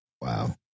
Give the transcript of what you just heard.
Wow